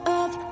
up